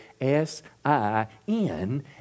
S-I-N